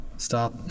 Stop